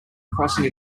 crossing